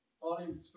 Volume